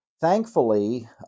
thankfully